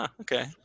okay